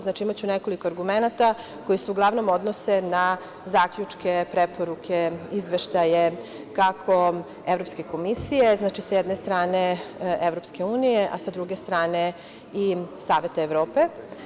Znači, imaću nekoliko argumenata koji se uglavnom odnose na zaključke, preporuke, izveštaje, kako Evropske komisije, znači sa jedne strane EU, a sa druge strane i Saveta Evrope.